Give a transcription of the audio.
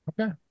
Okay